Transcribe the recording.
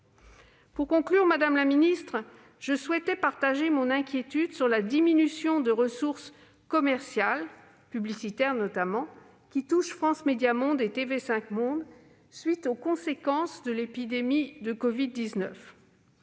la ministre, je souhaitais partager mon inquiétude sur la diminution des ressources commerciales- publicitaires notamment -qui touche France Médias Monde et TV5 Monde, à la suite des conséquences de l'épidémie de covid-19.